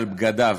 על בגדיו.